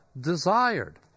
desired